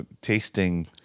tasting